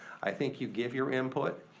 i think you give your input,